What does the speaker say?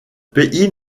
pays